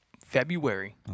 February